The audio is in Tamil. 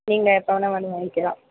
நீங்கள் எப்போ வேணால் வந்து வாங்கிக்கலாம்